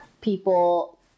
people